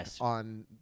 on